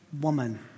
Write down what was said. woman